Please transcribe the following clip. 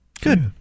Good